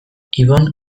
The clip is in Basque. ibon